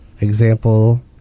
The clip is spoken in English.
Example